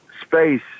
space